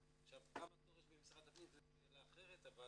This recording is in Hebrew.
כמה תור יש במשרד הפנים זה שאלה אחרת אבל